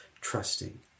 trusting